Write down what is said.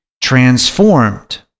transformed